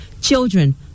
Children